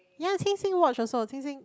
yes she sing watch a saw she sing